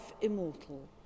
immortal